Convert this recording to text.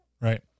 right